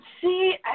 See